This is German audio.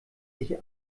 sich